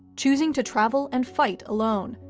choosing to travel and fight alone,